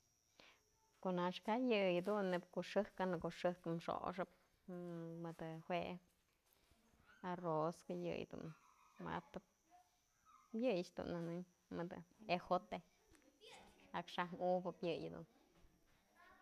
Kunax kay yë jedun neyb ko'o xëjkën, në ko'o xëjk xoxëp mëdë jue arroz, yë yëdun wa'atëp yëyëch dun nënëm mëdë ejote, akxaj unk yëyë dun.